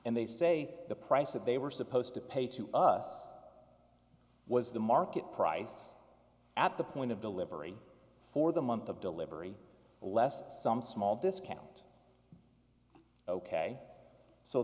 and they say the price that they were supposed to pay to us was the market price at the point of delivery for the month of delivery less some small discount ok so